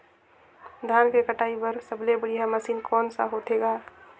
धान के कटाई बर सबले बढ़िया मशीन कोन सा होथे ग?